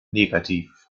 negativ